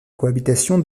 cohabitation